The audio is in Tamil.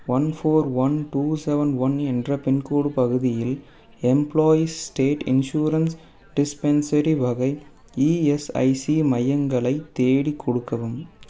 one four one two seven one என்ற பின்கோடு பகுதியில் எம்ப்ளாயீஸ் ஸ்டேட் இன்சூரன்ஸ் டிஸ்பென்சரி வகை இஎஸ்ஐசி மையங்களைத் தேடிக் கொடுக்கவும்